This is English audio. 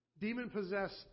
demon-possessed